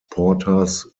porters